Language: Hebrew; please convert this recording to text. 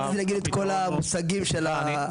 לא ידעתי להגיד את כל המושגים של החינוך.